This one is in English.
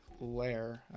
layer